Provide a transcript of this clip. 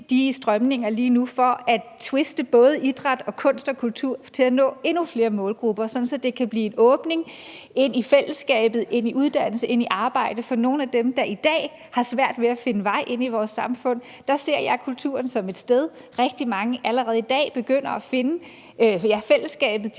de strømninger, der er lige nu, tviste både idræt og kunst og kultur til at nå endnu flere målgrupper, sådan at det kan blive en åbning ind i fællesskabet, ind i uddannelse, ind i arbejde for nogle af dem, der i dag har svært ved at finde vej ind i vores samfund. Der ser jeg kulturen som et sted, hvor rigtig mange allerede i dag begynder at finde fællesskabet,